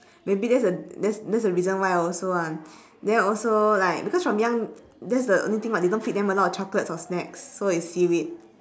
maybe that's a that's that's a reason why also then also like because from young that's the only thing what they don't feed them a lot of chocolate or snacks so it's seaweed